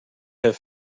have